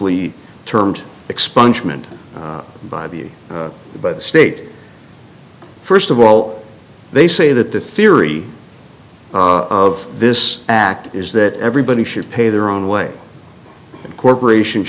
lee termed expungement by the by the state first of all they say that the theory of this act is that everybody should pay their own way and corporations